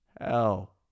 Hell